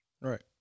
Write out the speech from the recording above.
right